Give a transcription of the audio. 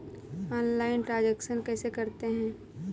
Online transaction कैसे करते हैं?